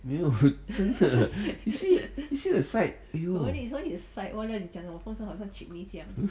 没有真是 you see you see the side 哎哟